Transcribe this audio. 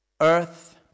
earth